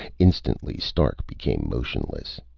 instantly stark became motionless.